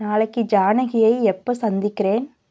நாளைக்கு ஜானகியை எப்போ சந்திக்கிறேன்